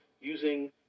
using